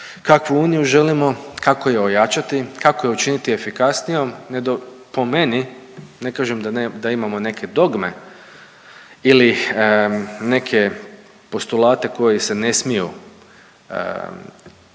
kakvu Uniju želimo, kako je ojačati, kako je učiniti efikasnijom. Po meni, ne kažem da imamo neke dogme ili neke postulate koji se ne smiju